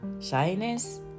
Shyness